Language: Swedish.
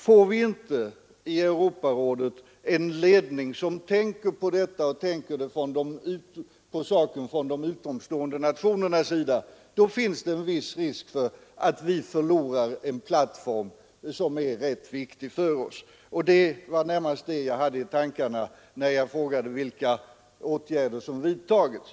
Får vi inte i Europarådet en ledning som tänker på saken ur de utom EG stående nationernas synvinkel finns det en risk för att vi förlorar en plattform som är rätt viktig för oss. Det var närmast detta jag hade i tankarna när jag frågade vilka åtgärder som vidtagits.